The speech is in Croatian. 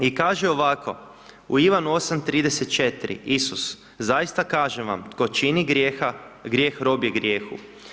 I kaže ovako, u Ivanu 8:34, Isus, zaista kažem vam, tko čini grijeha, grijeh robi grijehu.